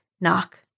knock